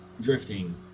drifting